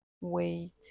wait